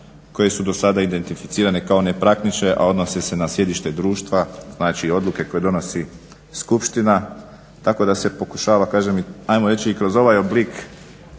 koje su dosada identificirane kao nepraktične, a odnose se na sjedište društva. Znači, odluke koje donosi skupština. Tako da se pokušava ajmo reći i kroz ovaj oblik